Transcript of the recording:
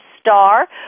STAR